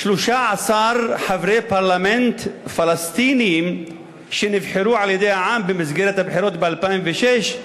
13 חברי פרלמנט פלסטינים שנבחרו על-ידי העם במסגרת הבחירות ב-2006,